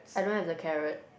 I don't have the carrot